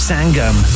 Sangam